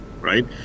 right